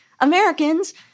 Americans